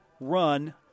run